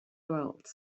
world